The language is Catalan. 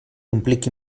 impliqui